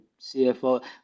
CFO